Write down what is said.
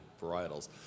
varietals